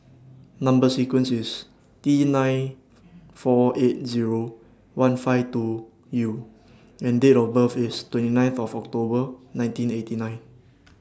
Number sequence IS T nine four eight Zero one five two U and Date of birth IS twenty nine For October nineteen eighty nine